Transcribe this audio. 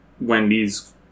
Wendy's